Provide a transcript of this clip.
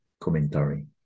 commentary